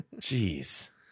Jeez